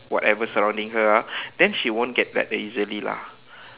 whatever surrounding her ah then she won't get that easily lah